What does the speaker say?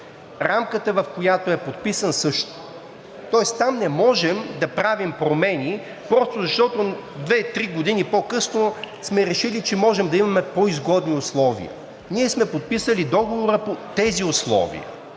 рамката, в която е подписан, също, тоест там не можем да правим промени, защото 2 – 3 години по-късно сме решили, че можем да имаме по-изгодни условия. Ние сме подписали договора по тези условия.